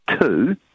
two